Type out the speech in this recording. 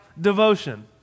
devotion